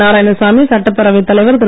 நாராயணசாமி சட்டப்பேரவைத் தலைவர் திரு